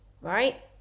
right